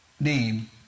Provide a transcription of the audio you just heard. name